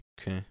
Okay